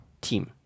Team